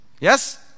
Yes